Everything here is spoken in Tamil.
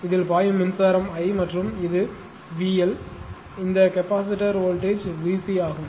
இதில் பாயும் மின்சாரம் I மற்றும் இது VL இந்த கெபாசிட்டர் வோல்ட்டேஜ் VC ஆகும்